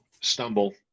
stumble